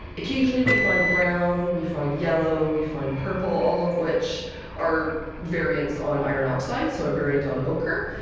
occasionally, we find brown, we find yellow, we find purple, all of which are variants on iron oxide, so a variant on ochre.